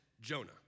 Jonah